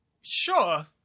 Sure